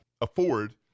afford